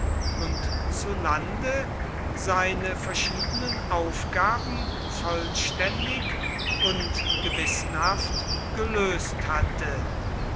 und zu lande seine verschiedenen aufgaben vollständig und gewissenhaft gelöst hatte